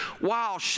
wow